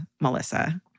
Melissa